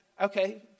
Okay